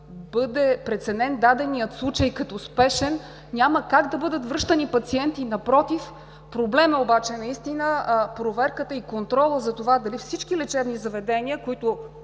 бъде преценен даден случай като спешен, няма как да бъдат връщани пациенти. Напротив, проблем са проверката и контролът – дали всички лечебни заведения, които